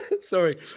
sorry